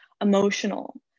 emotional